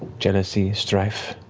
jealousy, strife.